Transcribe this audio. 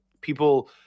people